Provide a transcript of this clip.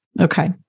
Okay